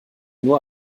nur